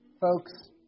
Folks